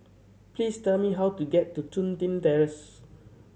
please tell me how to get to Chun Tin Terrace